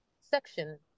section